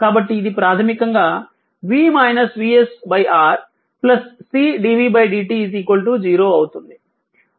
కాబట్టి ఇది ప్రాథమికంగా R c dvdt 0 అవుతుంది